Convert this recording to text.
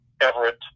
everett